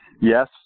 Yes